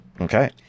Okay